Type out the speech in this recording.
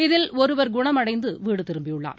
இதில் ஒருவர் குணமடைந்து வீடு திரும்பியுள்ளார்